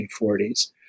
1940s